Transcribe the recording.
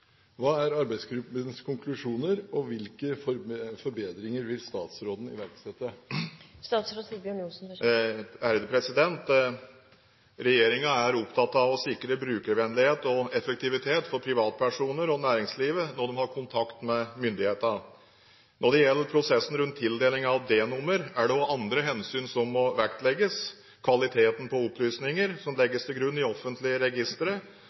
Hva er arbeidsgruppens konklusjoner, og hvilke forbedringer vil statsråden iverksette?» Regjeringen er opptatt av å sikre brukervennlighet og effektivitet for privatpersoner og næringslivet når de har kontakt med myndigheter. Når det gjelder prosessen rundt tildeling av D-nummer, er det også andre hensyn som må vektlegges, bl.a. kvaliteten på opplysninger som legges til grunn i offentlige registre,